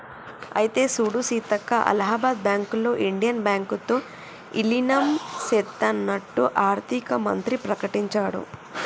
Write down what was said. అయితే సూడు సీతక్క అలహాబాద్ బ్యాంకులో ఇండియన్ బ్యాంకు తో ఇలీనం సేత్తన్నట్టు ఆర్థిక మంత్రి ప్రకటించాడు